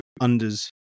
under's